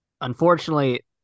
Unfortunately